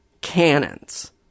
cannons